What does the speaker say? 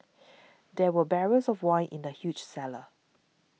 there were barrels of wine in the huge cellar